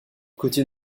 côté